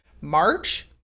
March